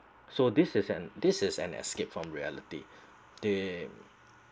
so this is and this is an escape from reality they